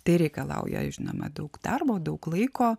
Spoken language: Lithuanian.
tai reikalauja žinoma daug darbo daug laiko